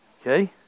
Okay